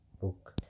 book